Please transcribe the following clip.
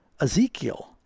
Ezekiel